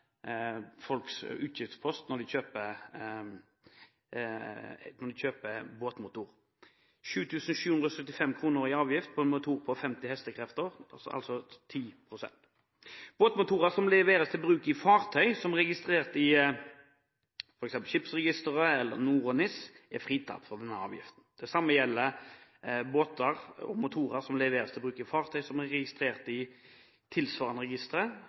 folks utgiftspost når de kjøper båtmotor. Avgiften på 10 pst. på en motor på 50 hk utgjør 7 775 kr. Båtmotorer som leveres til bruk i fartøy som er registrert i f.eks. skipsregistrene NOR og NIS, er fritatt for denne avgiften. Det samme gjelder båtmotorer som leveres til bruk i fartøy som er registrert i tilsvarende